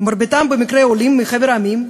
מרביתם במקרה עולים מחבר העמים,